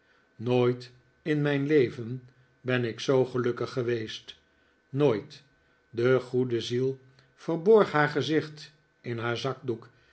nooit in mijn leven ben ik zoo gelukkig geweest nooit de goede ziel verborg haar gezicht in haar zakdoek